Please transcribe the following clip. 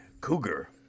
Cougar